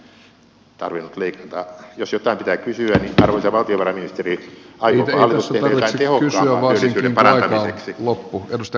jos jotain pitää kysyä niin arvoisa valtiovarainministeri aikooko hallitus tehdä jotain tehokkaampaa työllisyyden parantamiseksi